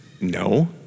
no